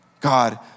God